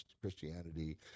christianity